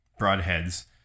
broadheads